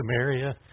Samaria